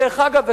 דרך אגב,